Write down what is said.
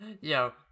Yo